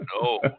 no